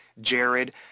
Jared